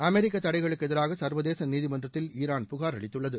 அமெரிக்க தடைகளுக்கு எதிராக சர்வதேச நீதிமன்றத்தில் ஈரான் புகார் அளித்துள்ளது